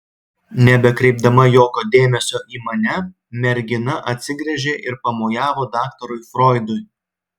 nebekreipdama jokio dėmesio į mane mergina atsigręžė ir pamojavo daktarui froidui